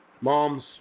Moms